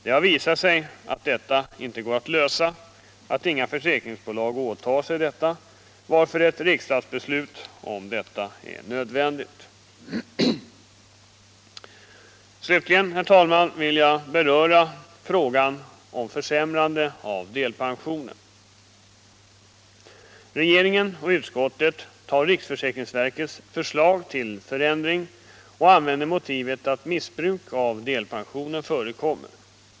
Det har visat sig att detta inte går att lösa, inga försäkringsbolag åtar sig saken, varför ett riksdagsbeslut är nödvändigt. Slutligen vill jag, herr talman, beröra frågan om försämringen av delpensionen. Regeringen och utskottet har antagit riksförsäkringsverkets förslag till ändring och anför som motiv att missbruk av delpensionen förekommer.